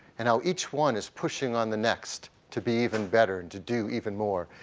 and how each one is pushing on the next to be even better and to do even more.